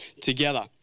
together